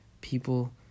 People